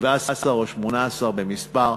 17 או 18 במספר,